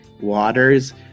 waters